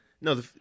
No